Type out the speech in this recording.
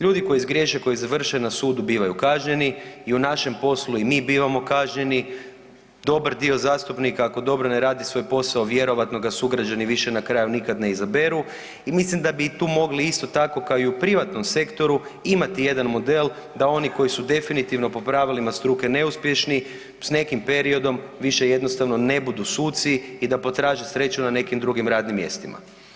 Ljudi koji zgriješe koji završe na sudu bivaju kažnjeni i u našem poslu i mi bivamo kažnjeni, dobar dio zastupnika ako dobro ne radi svoj posao vjerojatno ga sugrađani više na kraju nikad ne izaberu i mislim da bi i tu mogli isto tako kao i u privatnom sektoru imati jedan model da oni koji su definitivno po pravilima struke neuspješni s nekim periodom više jednostavno ne budu suci i da potraže sreću na nekim drugim radnim mjestima.